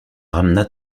ramena